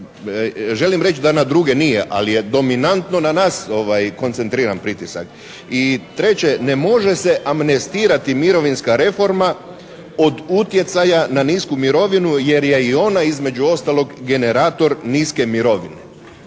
I treće, ne može se amnestirati mirovinska reforma od utjecaja na nisku mirovinu jer je i ona između ostalog generator niske mirovine.